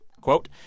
quote